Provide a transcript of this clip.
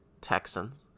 Texans